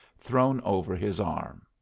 thrown over his arm.